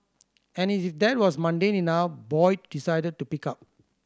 and as if that was mundane enough Boyd decided to pick up